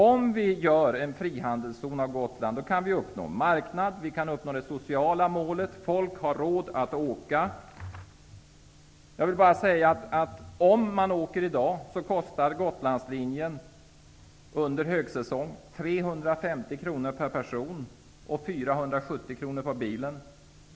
Om vi gör en frihandelszon av Gotland kan vi uppnå marknad, och vi kan uppnå det sociala målet -- folk kommer då att ha råd att åka. Om man åker i dag kostar det på Gotlandslinjen under högsäsong 350 kr. per person och 470 kr. för bilen.